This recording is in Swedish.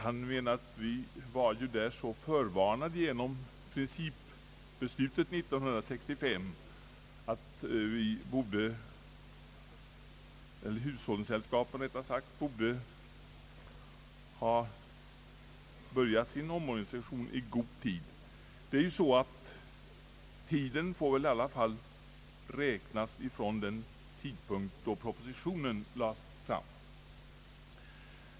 Han menade att vi blivit så förvarnade genom principbeslutet 1965 att hushållningssällskapen borde ha börjat sin omorganisation i god tid. Tiden bör i alla fall räknas från den tidpunkt då propositionen lades fram.